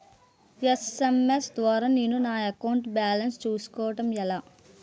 SMS ద్వారా నేను నా అకౌంట్ బాలన్స్ చూసుకోవడం ఎలా?